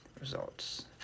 results